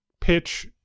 pitch